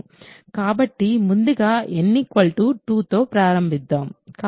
కాబట్టి ముందుగా n 2తో ప్రారంభిద్దాం